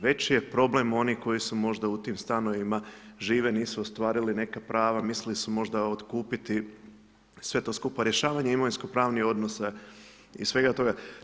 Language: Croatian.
Veći je problem onih koji su možda u tim stanovima žive, nisu ostvarili neka prava, mislili su možda otkupiti sve to skupa rješavanje imovinsko pravnih odnosa i svega toga.